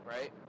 right